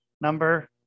number